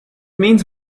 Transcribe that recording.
means